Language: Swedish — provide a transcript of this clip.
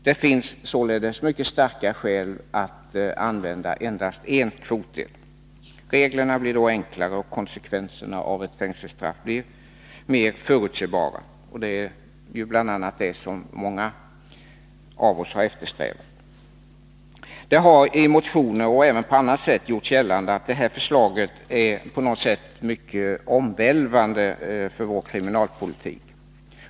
Det finns följaktligen starka skäl att tillämpa endast en kvotdel. Reglerna blir då enklare och konsekvenserna av ett fängelsestraff mer förutsebara, och det är bl.a. det som många av oss har eftersträvat. Det har i motioner och även på annat sätt gjorts gällande att det här förslaget är på något vis mycket omvälvande för vår kriminalpolitik.